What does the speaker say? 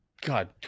God